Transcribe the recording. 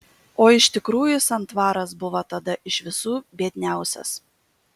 o iš tikrųjų santvaras buvo tada iš visų biedniausias